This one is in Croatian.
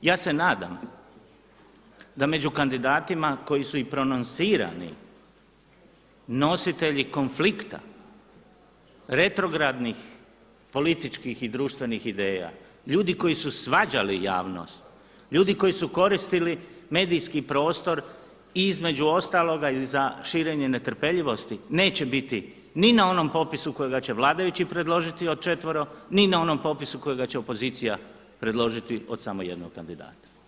Ja se nadam da među kandidatima koji su i prononsirani nositelji konflikta, retrogradnih političkih i društvenih ideja, ljudi koji su svađali javnost, ljudi koji su koristili medijski prostor i između ostaloga i za širenje netrpeljivosti neće biti ni na onom popisu kojega će vladajući predložiti od četvoro ni na onom popisu kojega će opozicija predložiti od samo jednog kandidata.